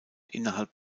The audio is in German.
innerhalb